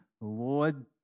Lord